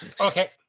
Okay